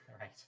Right